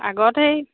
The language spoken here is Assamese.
আগতে সেই